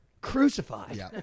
crucified